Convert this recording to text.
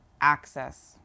access